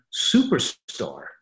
superstar